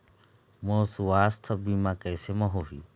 मोर सुवास्थ बीमा कैसे म होही?